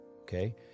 okay